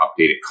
updated